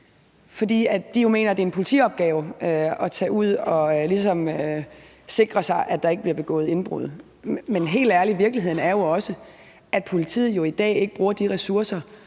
fordi de jo mener, at det er en politiopgave at tage ud og ligesom sikre sig, at der ikke bliver begået indbrud. Men helt ærligt: Virkeligheden er jo også, at politiet i dag ikke bruger de ressourcer,